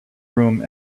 room